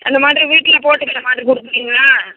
அந்தமாதிரி வீட்டில் போட்டுக்கிற மாதிரி கொடுக்குறீங்களா